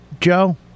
Joe